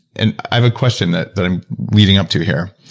and i have a question that that i'm leading up to here,